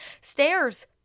stairs